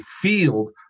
field